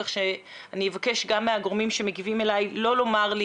כך שאני אבקש גם מגורמים שמגיבים לא לומר לי